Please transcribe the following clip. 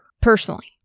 Personally